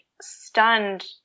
stunned